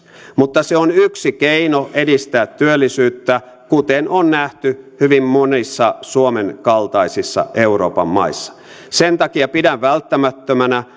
mutta se on yksi keino edistää työllisyyttä kuten on nähty hyvin monissa suomen kaltaisissa euroopan maissa sen takia pidän välttämättömänä